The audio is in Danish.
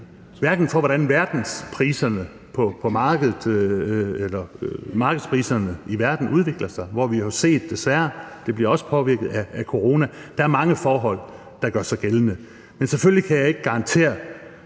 garantere for, hvordan markedspriserne i verden udvikler sig nu, hvor vi jo desværre har set, at de også bliver påvirket af corona. Der er mange forhold, der gør sig gældende. Men selvfølgelig kan jeg ikke garantere